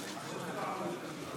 חבר הכנסת גבי